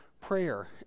prayer